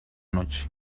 noche